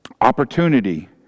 opportunity